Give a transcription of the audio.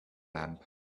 lamp